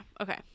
Okay